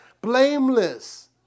blameless